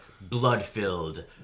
blood-filled